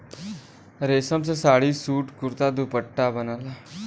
रेशम से साड़ी, सूट, कुरता, दुपट्टा बनला